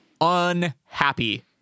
unhappy